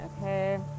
Okay